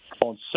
on